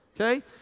Okay